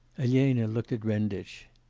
elena looked at renditch.